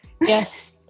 Yes